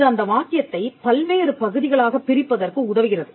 இது அந்த வாக்கியத்தைப் பல்வேறு பகுதிகளாகப் பிரிப்பதற்கு உதவுகிறது